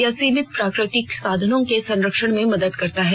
यह सीमित प्राकृतिक संसाधनों के संरक्षण में मदद करता है